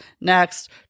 Next